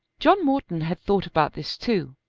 john morton had thought about this too,